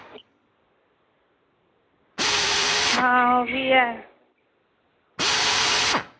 हां ओह् बी ऐ